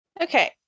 okay